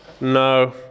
No